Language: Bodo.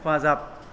हेफाजाब